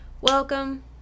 Welcome